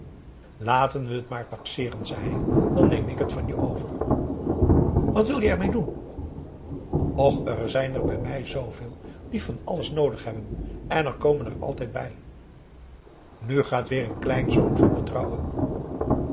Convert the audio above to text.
laten we het maar taxeeren zei hij dan neem ik het van je over wat wil je ermee doen och er zijn er bij mij zooveel die van alles noodig hebben en er komen er altijd bij nu gaat weer een kleinzoon van